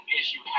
issue